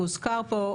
הוא הוזכר פה,